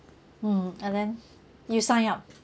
mm and then you signed up